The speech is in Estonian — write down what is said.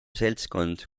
seltskond